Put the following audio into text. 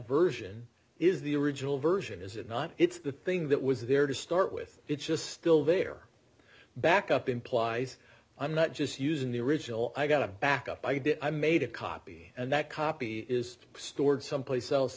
version is the original version is it not it's the thing that was there to start with it's just still there back up implies i'm not just using the original i got a backup i did i made a copy and that copy is stored someplace else